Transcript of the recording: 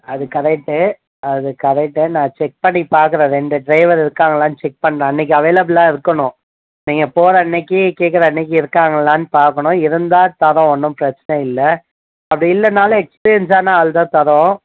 அது கரெக்ட்டு அது கரெக்ட்டு நான் செக் பண்ணி பார்க்கறேன் ரெண்டு ட்ரைவர் இருக்காங்களான்னு செக் பண்ணுறேன் அன்னிக்கு அவைலபிளாக இருக்கணும் நீங்கள் போகிற அன்னிக்கி கேட்கற அன்னிக்கு இருக்காங்களான்னு பார்க்கணும் இருந்தால் தரோம் ஒன்றும் பிரச்சின இல்லை அப்படி இல்லைன்னாலும் எக்ஸ்பீரியன்ஸான ஆள் தான் தரோம்